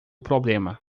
problema